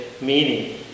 meaning